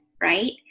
right